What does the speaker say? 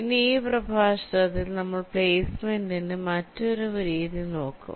ഇനി ഈ പ്രഭാഷണത്തിൽ നമ്മൾ പ്ലേസ്മെന്റിനു മറ്റൊരു രീതി നോക്കും